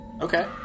Okay